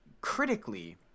critically